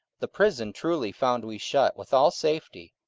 the prison truly found we shut with all safety,